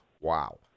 Wow